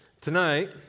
tonight